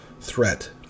threat